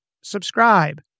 subscribe